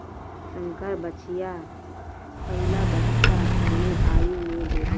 संकर बछिया पहिला बच्चा कवने आयु में देले?